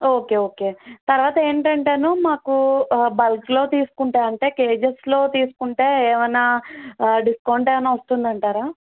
okay okay తర్వాత ఏంటంటే మాకు బల్క్లో తీసుకుంటే అంటే కేజెస్లో తీసుకుంటే ఏమన్న డిస్కౌంట్ ఏమన్న వస్తుంది అంటారా